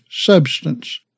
substance